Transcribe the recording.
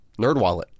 NerdWallet